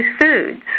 foods